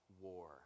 war